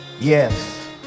Yes